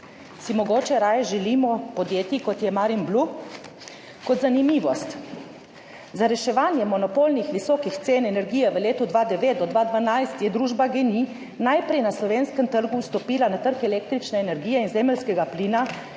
Si mogoče raje želimo podjetij, kot je Marinblu? Kot zanimivost, za reševanje monopolnih visokih cen energije v letih od 2009 do 2012 je družba GEN-I najprej na slovenskem trgu vstopila na trg električne energije in zemeljskega plina